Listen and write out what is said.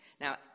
Now